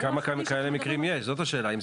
השאלה כמה מקרים כאלה יש ואם זה באמת